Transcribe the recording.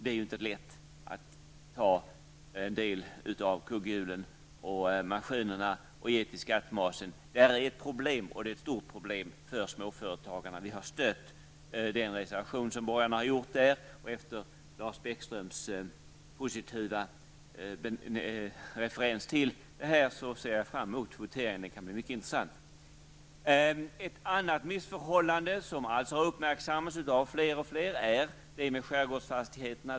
Det är ju inte lätt att ta en del av kugghjulen eller maskinerna och ge till skattmasen. Det är ett stort problem för småföretagarna. Vi har stött den reservation som borgarna där har avgivit. Efter Lars Bäckströms positiva referens till detta ser jag fram mot voteringen. Den kan bli mycket intressant. Ett annat missförhållande, som har uppmärksammats av fler och fler, är beskattningen av skärgårdsfastigheterna.